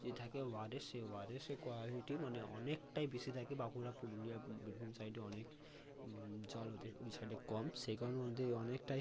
যে থাকে ওয়ার্ডে সেই ওয়ার্ডে সে কোয়ালিটি মানে অনেকটাই বেশি থাকে বাঁকুড়া পুরুলিয়া বীরভূম সাইডে অনেক জল ওদের ওই সাইডে কম সেই কারণের মধ্যেই অনেকটাই